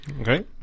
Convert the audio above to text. Okay